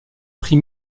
prix